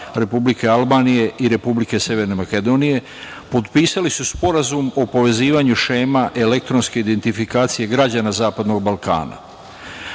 Republike Albanije i Republike Severne Makedonije potpisali su Sporazum o povezivanju šema elektronske identifikacije građana Zapadnog Balkana.